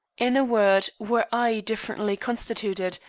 in a word, were i differently constituted,